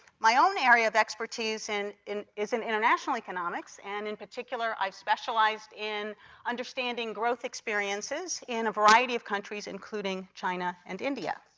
my own area of expertise and is in international economics and in particular i specialized in understanding growth experiences in a variety of countries including china and india.